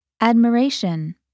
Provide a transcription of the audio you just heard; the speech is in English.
Admiration